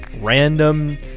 Random